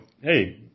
hey